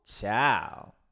ciao